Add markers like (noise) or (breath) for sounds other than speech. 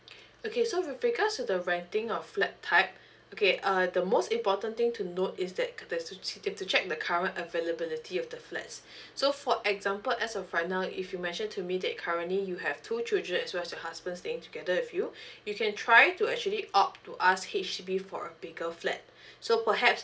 (breath) okay so with regards to the renting of flat type okay uh the most important thing to note is that to check the current availability of the flats (breath) so for example as of right now if you mentioned to me that currently you have two children as well as your husband staying together with you (breath) you can try to actually opt to us H_D_B for a bigger flat (breath) so perhaps